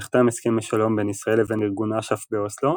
נחתם הסכם שלום בין ישראל לבין ארגון אש"ף באוסלו,